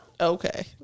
okay